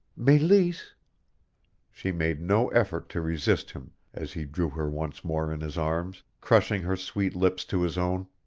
meleese she made no effort to resist him as he drew her once more in his arms, crushing her sweet lips to his own.